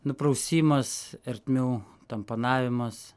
nuprausimas ertmių tamponavimas